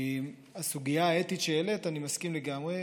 לגבי הסוגיה האתית שהעלית, אני מסכים לגמרי.